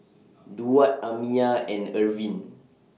Durward Amiah and Irvin